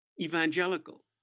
evangelical